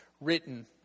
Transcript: written